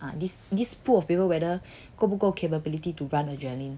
this this pool of people whether 够不够 capability to run adreline